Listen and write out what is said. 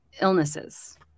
illnesses